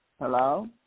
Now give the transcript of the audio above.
Hello